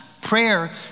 Prayer